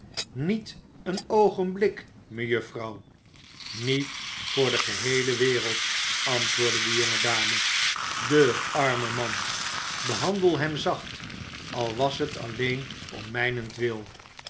niet een oogenblik mejuffrouw niet voor de geheele wereld antwoordde de jonge dame de arme man behandel hem zacht al was het alleen om mijnentwil